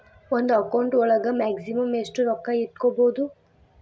ಒಂದು ಅಕೌಂಟ್ ಒಳಗ ಮ್ಯಾಕ್ಸಿಮಮ್ ಎಷ್ಟು ರೊಕ್ಕ ಇಟ್ಕೋಬಹುದು?